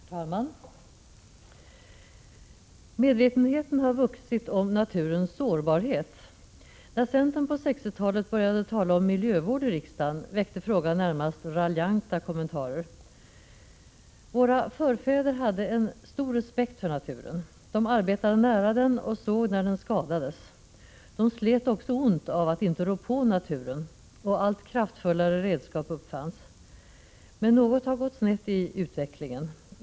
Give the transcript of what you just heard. Herr talman! Medvetenheten har vuxit om naturens sårbarhet. När centern på 1960-talet började tala om miljövård i riksdagen, väckte frågan närmast raljanta kommentarer. Våra förfäder hade en stor respekt för naturen. De arbetade nära den och såg när den skadades. De slet också ont av att inte rå på naturen, och allt kraftfullare redskap uppfanns. Men något har gått snett i utvecklingen.